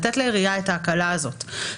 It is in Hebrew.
אבל לתת לעירייה את ההקלה הזאת,